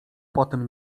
potem